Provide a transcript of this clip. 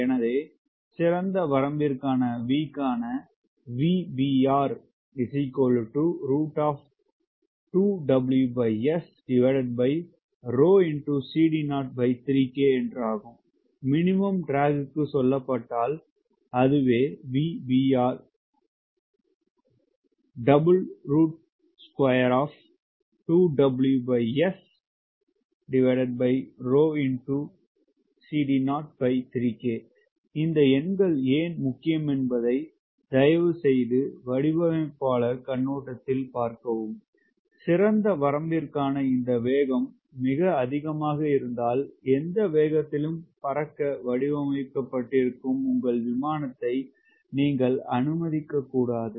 எனவே சிறந்த வரம்பிற்கான V க்கான VBR VBR 2WS மினிமம் ட்ராகிற்கானது VBR 2WS இந்த எண்கள் ஏன் முக்கியம் என்பதை தயவுசெய்து வடிவமைப்பாளர் கண்ணோட்டத்தில் பார்க்கவும் சிறந்த வரம்பிற்கான இந்த வேகம் மிக அதிகமாக இருந்தால் எந்த வேகத்திலும் பறக்க வடிவமைபட்டிருக்கும் உங்கள் விமானத்தை நீங்கள் அனுமதிக்கக்கூடாது